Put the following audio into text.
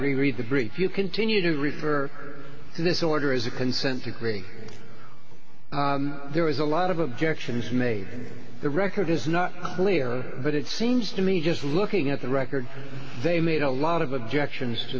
reread the brief you continue to refer this order as a consent decree there was a lot of objections made the record is not clear but it seems to me just looking at the record they made a lot of objections to